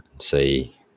see